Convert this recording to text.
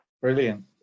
brilliant